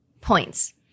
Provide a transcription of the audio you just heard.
points